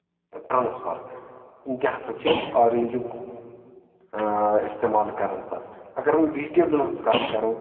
transfer تِم تہِ ہسا چھُ آرینجُک استعمال کران پتہٕ اگر وۄنۍ وجٹیبلن ہٕنٛز کتھ کرو